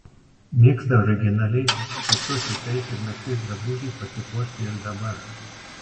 mėgsta originaliais pačios siūtais ir megztais drabužiais pasipuošti ir dabar